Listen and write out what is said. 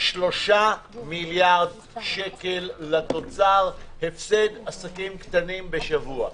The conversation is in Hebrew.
3 מיליארד שקל לתוצר הפסד עסקים קטנים בשבוע.